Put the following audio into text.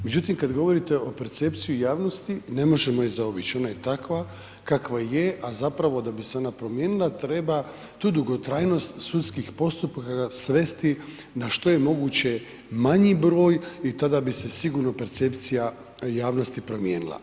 Međutim, kad govorite o percepciji javnosti ne možemo je zaobići ona je takva kakva je, a zapravo da bi se ona promijenila treba tu dugotrajnost sudskih postupaka svesti na što je moguće manji broj i tada bi se sigurno percepcija javnosti promijenila.